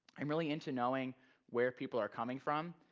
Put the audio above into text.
i'm really into knowing where people are coming from,